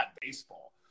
baseball